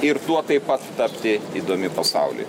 ir tuo taip pat tapti įdomi pasauliui